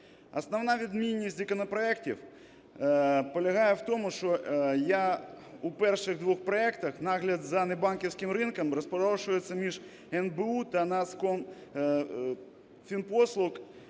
Основна відмінність законопроектів полягає в тому, що у перших двох проектах нагляд за небанківським ринком розпорошується між НБУ та Нацкомфінпослуг.